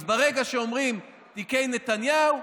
אז ברגע שאומרים "תיקי נתניהו",